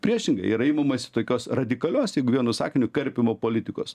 priešingai yra imamasi tokios radikalios jeigu vienu sakiniu karpymo politikos